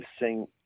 sing